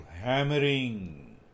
hammering